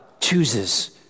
chooses